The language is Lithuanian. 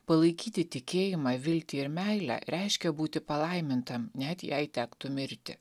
palaikyti tikėjimą viltį ir meilę reiškia būti palaimintam net jei tektų mirti